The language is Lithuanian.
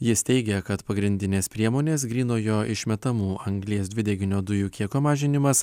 jis teigia kad pagrindinės priemonės grynojo išmetamų anglies dvideginio dujų kiekio mažinimas